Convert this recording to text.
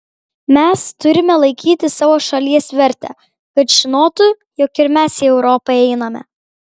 mes turime laikyti savo šalies vertę kad žinotų jog ir mes į europą einame